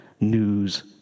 news